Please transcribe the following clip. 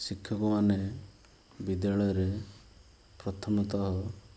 ଶିକ୍ଷକ ମାନେ ବିଦ୍ୟାଳୟରେ ପ୍ରଥମତଃ